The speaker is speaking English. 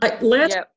last